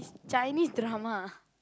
Chinese drama